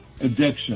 addiction